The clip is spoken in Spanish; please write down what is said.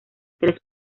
tres